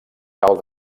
cal